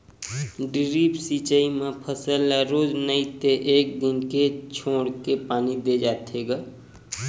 drip सिचई म फसल ल रोज नइ ते एक दिन छोरके पानी दे जाथे ग